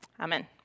Amen